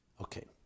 Okay